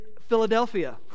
Philadelphia